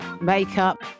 makeup